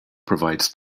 provides